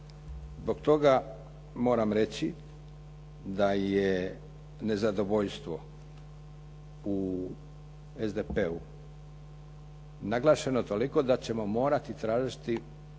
Zbog toga moram reći da je nezadovoljstvo u SDP-u naglašeno toliko da ćemo morati tražiti